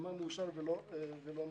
מה מאושר ולא מאושר.